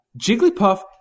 Jigglypuff